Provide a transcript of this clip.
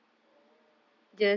oh